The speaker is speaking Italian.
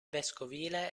vescovile